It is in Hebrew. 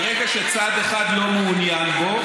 ברגע שצד אחד לא מעוניין בו,